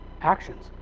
actions